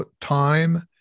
time